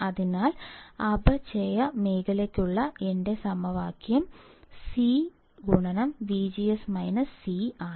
അതിനാൽ അപചയ മേഖലയ്ക്കുള്ള എന്റെ സമവാക്യം CVGS - C